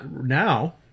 Now